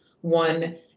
one